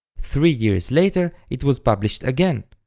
three years later it was published again,